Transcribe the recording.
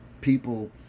people